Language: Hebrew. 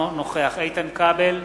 אינו נוכח איתן כבל,